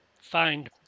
find